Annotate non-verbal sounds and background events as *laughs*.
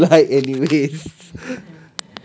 you don't like anyways *laughs*